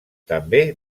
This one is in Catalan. també